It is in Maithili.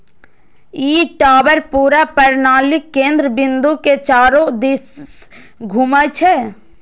ई टावर पूरा प्रणालीक केंद्र बिंदु के चारू दिस घूमै छै